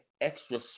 extra